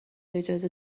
اجازه